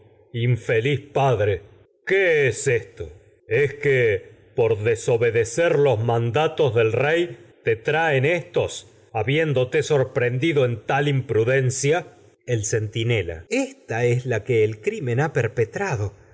infeliz padre qué es esto es qué éstos por desobedecer los mandatos del en rey te traen habiéndote sorprendido tal impru dencia el centinela esta es la que el crimen ha